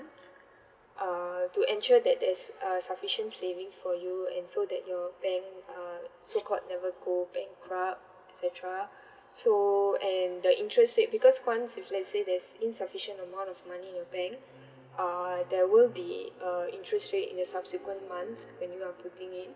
uh to ensure that there is a sufficient savings for you and so that your bank uh so called never go bankrupt et cetera so and the interest rate because once if let say there's insufficient amount of money in your bank uh there will be uh interest rate in the subsequent month when you out of the thing in